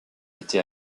été